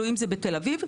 למשל, בתל אביב.